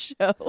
show